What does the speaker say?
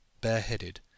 bareheaded